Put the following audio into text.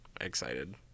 excited